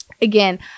again